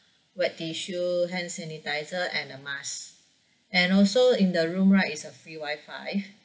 wet tissue hand sanitiser and a mask and also in the room right is a free wifi